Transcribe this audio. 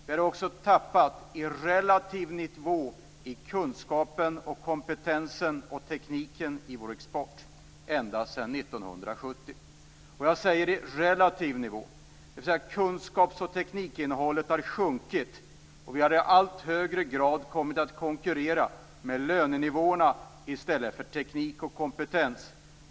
Vi har också tappat i relativ nivå i kunskapen, kompetensen och tekniken i vår export ända sedan 1970. Jag säger "i relativ nivå", och det betyder att kunskaps och teknikinnehållet sjunkit, och vi har i allt högre grad kommit att konkurrera med lönenivåerna i stället för med teknik och kompetens.